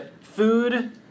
Food